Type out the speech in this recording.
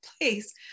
place